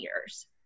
years